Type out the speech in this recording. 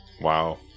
Wow